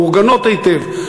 מאורגנות היטב,